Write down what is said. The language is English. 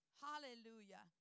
Hallelujah